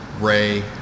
Ray